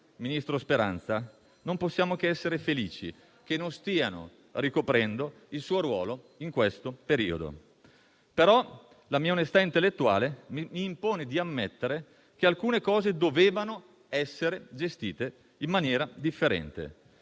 ministro Speranza, non possiamo che essere felici che non stiano ricoprendo il suo ruolo in questo periodo. La mia onestà intellettuale mi impone però di ammettere che alcune cose dovevano essere gestite in maniera differente.